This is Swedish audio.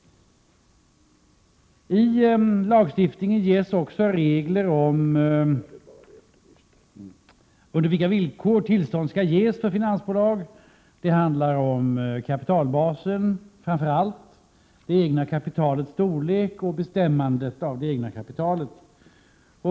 I lagstiftningen ges också regler om på vilka villkor tillstånd skall ges till finansbolag. Det handlar framför allt om kapitalbasen, det egna kapitalets storlek och bestämmandet av det egna kapitalet.